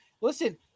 listen